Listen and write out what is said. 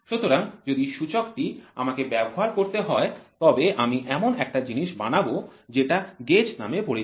সুতরাং যদি সূচকটি আমাকে ব্যবহার করতে হয় তবে আমি এমন একটা জিনিস বানাবো যেটা গেজ নামে পরিচিত